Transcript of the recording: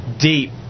Deep